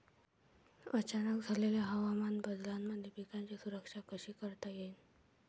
अचानक झालेल्या हवामान बदलामंदी पिकाची सुरक्षा कशी करता येईन?